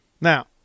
Now